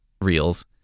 reels